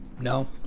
No